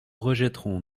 rejetterons